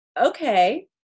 okay